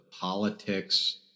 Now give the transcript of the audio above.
politics